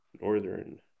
Northern